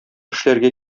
эшләргә